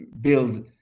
build